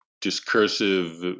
discursive